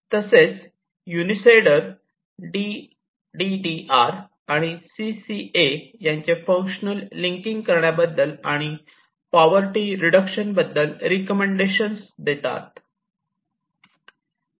तसेच युनिसेडर D D R आणि सी सी ए यांचे फंक्शनल लिंकिंग करण्याबद्दल आणि पॉवर्टी रिडक्शन बद्दल रेकमेंडेशन्स देतात